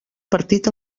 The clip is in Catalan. partit